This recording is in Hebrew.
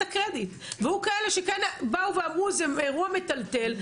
הקרדיט והיו כאלה שכן באו ואמרו זה אירוע מטלטל,